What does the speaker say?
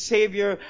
Savior